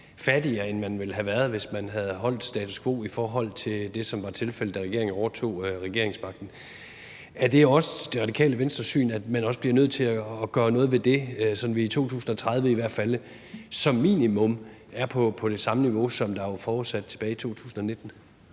fattigere i 2030, end man ville have været, hvis der var blevet holdt status quo i forhold til det, som var tilfældet, da regeringen overtog regeringsmagten. Er det også Det Radikale Venstres syn, at man også bliver nødt til at gøre noget ved det, sådan at vi i 2030 i hvert fald som minimum er på det samme niveau, som var forudsat tilbage i 2019?